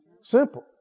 Simple